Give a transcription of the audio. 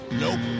Nope